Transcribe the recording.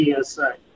TSA